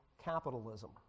capitalism